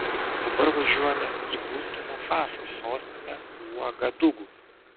dabar važiuojame į burkina faso sostinę uagadugu